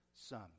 son